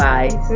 Bye